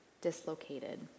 dislocated